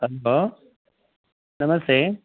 hello ನಮಸ್ತೆ